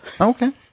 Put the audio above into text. Okay